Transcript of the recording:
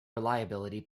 reliability